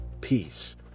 peace